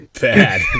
bad